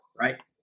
right